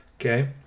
okay